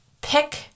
pick